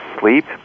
sleep